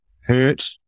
Hurt